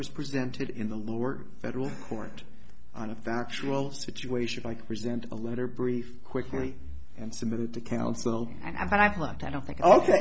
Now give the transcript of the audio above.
was presented in the lower federal court on a factual situation like present a letter brief quickly and submitted to counsel and i plucked i don't think ok